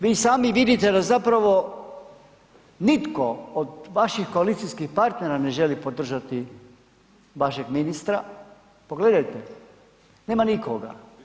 Vi i sami vidite da zapravo nitko od vaših koalicijskih partnera ne želi podržati vašeg ministra, pogledajte, nema nikoga.